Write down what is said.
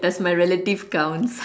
does my relative count